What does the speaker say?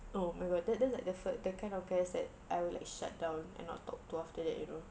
oh my god that's that's like the fir~ the kind of guys that I will like shut down and not talk to after that you know